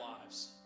lives